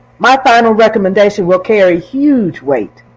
my final recommendation will carry huge weight.